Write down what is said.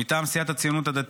מטעם סיעת הציונות הדתית,